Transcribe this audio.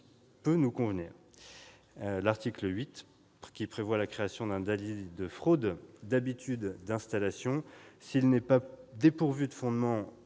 donc nous convenir. L'article 8, qui prévoit la création d'un délit de fraude d'habitude d'installation, s'il n'est pas dépourvu de fondement,